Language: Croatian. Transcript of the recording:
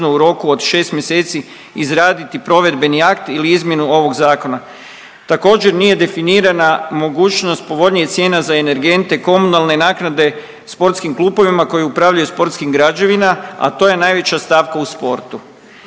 u roku od 6 mjeseci izraditi provedbeni akt ili izmjenu ovog zakona. Također nije definirana mogućnost povoljnijih cijena za energente i komunalne naknade sportskim klubovima koji upravljaju sportskim građevina, a to je najveća stavka u sportu.